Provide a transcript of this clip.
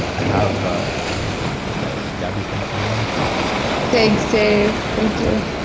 have ah have a beautiful day, and gabby thanks for being on the show thanks dave, thank you